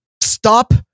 stop